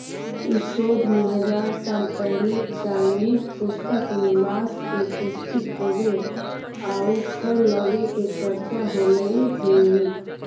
इस शोध में हजार साल पहिले चाइनीज पुस्तक में बाँस के पुष्पित होवे आउ फल लगे के चर्चा होले हइ